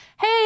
hey